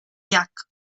llac